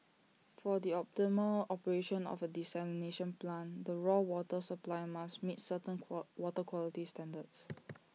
for the optimal operation of A desalination plant the raw water supply must meet certain qua water quality standards